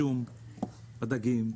בשום, בדגים,